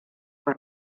per